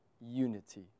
unity